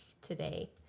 today